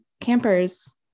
campers